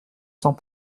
sans